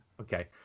Okay